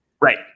Right